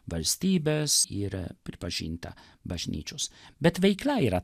valstybės ir pripažintą bažnyčios bet veikla yra